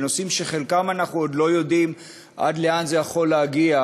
בנושאים שחלקם אנחנו עוד לא יודעים עד לאן זה יכול להגיע,